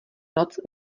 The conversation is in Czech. noc